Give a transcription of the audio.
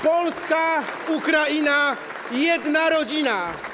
Polska, Ukraina - jedna rodzina.